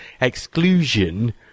exclusion